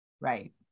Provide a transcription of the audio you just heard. Right